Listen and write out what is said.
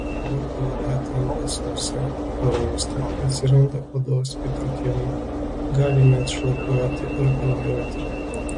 rankų oda tampa sausa parausta atsiranda odos įtrūkimų gali net šlapiuoti ar kraujuoti